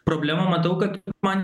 problemų matau kad man